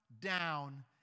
down